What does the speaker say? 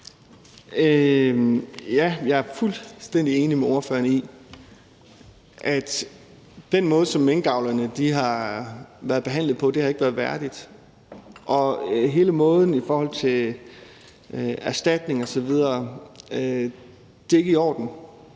jeg er fuldstændig enig med spørgeren i, at den måde, som minkavlerne har været behandlet på, ikke har været værdig. Og det gælder også i forhold til erstatning osv. Det er ikke i orden.